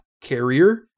carrier